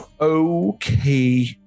Okay